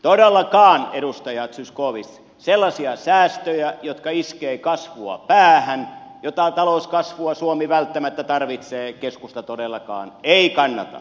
todellakaan edustaja zyskowicz sellaisia säästöjä jotka iskevät kasvua päähän sitä talouskasvua jota suomi välttämättä tarvitsee keskusta todellakaan ei kannata